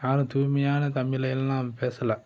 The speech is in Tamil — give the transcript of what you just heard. யாரும் தூய்மையான தமிழ எல்லாம் பேசல